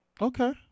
Okay